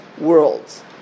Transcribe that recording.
worlds